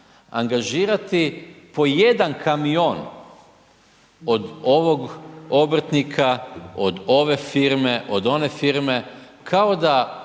angažirati po jedan kamion od ovog obrtnika, od ove firme, od one firme, kao da